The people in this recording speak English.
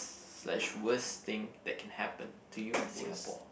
such worse thing than can happened to you in Singapore